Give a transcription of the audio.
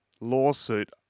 lawsuit